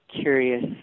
curious